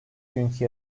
günkü